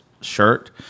shirt